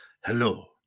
Hello